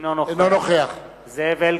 אינו נוכח זאב אלקין,